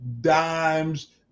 dimes